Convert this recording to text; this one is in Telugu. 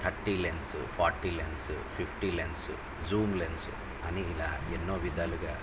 thirty lens forty lens fifty lens zoom lens అని ఇలా ఎన్నో విధాలుగా